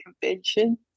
convention